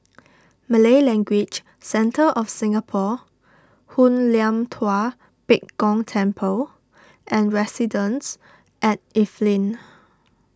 Malay Language Centre of Singapore Hoon Lam Tua Pek Kong Temple and Residences at Evelyn